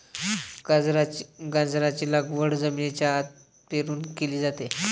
गाजराची लागवड जमिनीच्या आत पेरून केली जाते